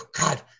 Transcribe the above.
God